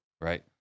right